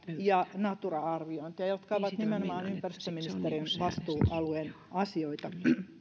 ja natura arviointia jotka ovat nimenomaan ympäristöministeriön vastuualueen asioita